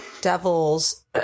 devils